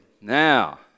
now